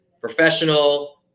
professional